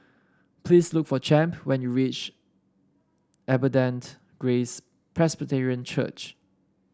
please look for Champ when you reach Abundant Grace Presbyterian Church